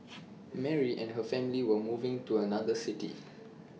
Mary and her family were moving to another city